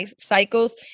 cycles